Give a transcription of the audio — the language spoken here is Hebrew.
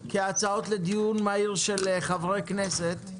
כהצעות לדיון מהיר של חברי הכנסת.